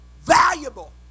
valuable